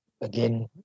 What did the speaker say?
again